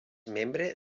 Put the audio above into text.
membre